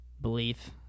belief